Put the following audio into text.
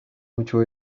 mucho